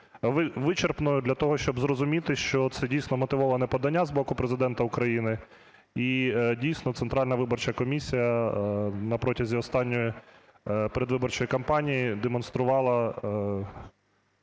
вичерпною для того, щоб зрозуміти, що це, дійсно, вмотивоване подання з боку Президента України. І, дійсно, Центральна виборча комісія на протязі останньої передвиборчої кампанії демонструвала